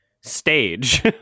stage